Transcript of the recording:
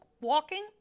walking